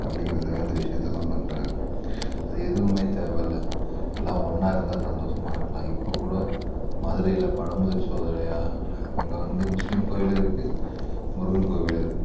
அப்படிங்கிறதுக்காக இந்த விஷயத்தெல்லாம் பண்ணுறாங்க அது எதுவுமே தேவையில்ல எல்லாம் ஒன்றா இருந்தால் சந்தோஷமா இருக்கலாம் இப்போ கூட மதுரையில் பழமுதிர்சோலையா அங்கே வந்து முஸ்லீம் கோயில் இருக்குது முருகன் கோவிலும் இருக்குது